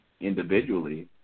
individually